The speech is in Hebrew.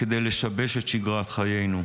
כדי לשבש את שגרת חיינו.